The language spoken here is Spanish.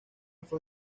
fue